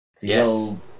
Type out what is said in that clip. Yes